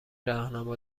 راهنما